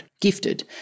gifted